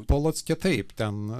polocke taip ten